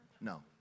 No